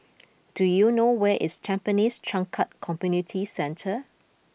do you know where is Tampines Changkat Community Centre